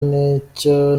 n’icyo